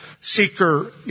seeker